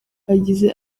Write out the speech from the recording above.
yagize